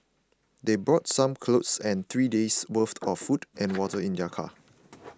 they brought some clothes and three days' worth of food and water in their car